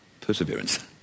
Perseverance